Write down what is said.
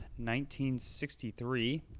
1963